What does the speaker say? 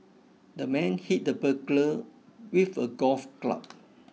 the man hit the burglar with a golf club